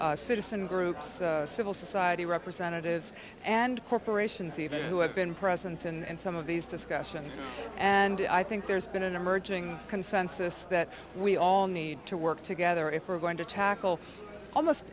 citizen groups civil society representatives and corporations even who have been present and some of these discussions and i think there's been an emerging consensus that we all need to work together if we're going to tackle almost